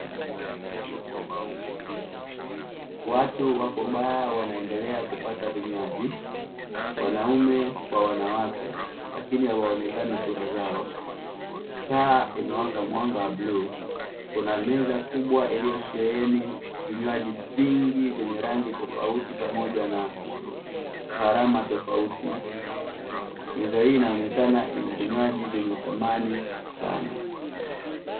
Watu wako baa, wanaendelea kupata vinywaji, wanaume kwa wanawake, lakini hawaonekani sura zao; taa imewaka mwanga wa bluu, kuna meza kubwa iliyosheheni vinywaji vingi vyenye rangi tofauti pamoja na gharama tofauti, meza hii inaonekana ina vinywaji vyenye thamani sana.